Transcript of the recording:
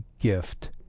gift